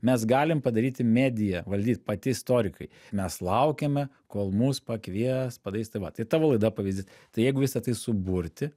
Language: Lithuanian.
mes galim padaryti mediją valdyt pati istorikai mes laukiame kol mus pakvies padarys tai va tai tavo laida pavyzdys tai jeigu visa tai suburti